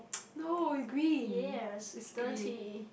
no green it's green